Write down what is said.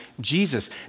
Jesus